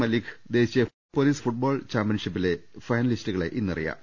മല്ലിക്ക് ദേശീയ police football ചാമ്പ്യൻഷിപ്പിലെ ഫൈനലിസ്റ്റുകളെ ഇന്നറിയാം